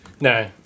No